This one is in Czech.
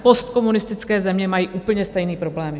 Postkomunistické země mají úplně stejné problémy.